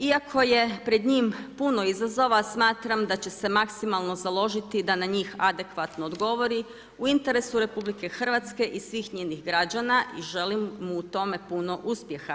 Iako je pred njim puno izazova, smatram da će se maksimalno založiti da na njih adekvatno odgovori u interesu RH i svih njenih građana i želim mu u tome puno uspjeha.